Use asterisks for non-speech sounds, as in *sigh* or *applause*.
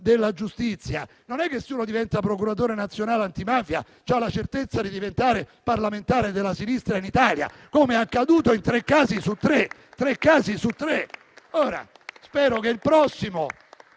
della giustizia. Non è che, se uno diventa procuratore nazionale antimafia, ha la certezza di diventare parlamentare della sinistra in Italia, come è accaduto in tre casi su tre. *applause* Spero che il prossimo